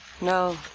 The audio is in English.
No